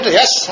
yes